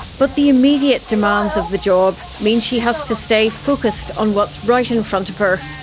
but the immediate demands of the job mean she has to stay focused on what's right in front of her.